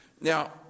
Now